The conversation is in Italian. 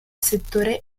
settore